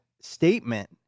statement